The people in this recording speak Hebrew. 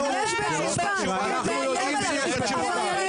נשאלת שאלה.